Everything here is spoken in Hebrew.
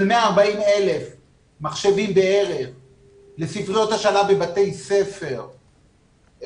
140,000 מחשבים לספריות השאלה בבתי ספר,